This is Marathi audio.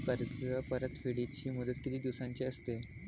कर्ज परतफेडीची मुदत किती दिवसांची असते?